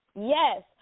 Yes